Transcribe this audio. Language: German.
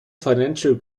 financial